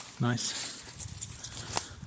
Nice